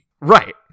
Right